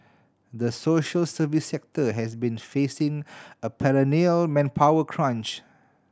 the social service sector has been facing a perennial manpower crunch